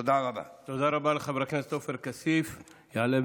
הכיבוש ונגד השחיתות הנובעת ממנו ובכלל,